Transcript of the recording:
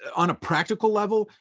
on a practical level,